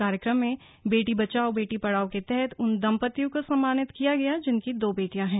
कार्यक्रम में बेटी बचाओ बेटी पढ़ाओ के तहत उन दंपतियों को सम्मानित किया गया जिनकी दो बेटियां हैं